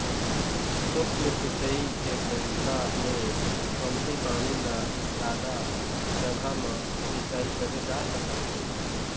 सूक्ष्म सिंचई के तरीका ले कमती पानी ल जादा जघा म सिंचई करे जा सकत हे